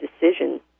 decision